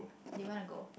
do you want to go